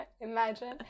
Imagine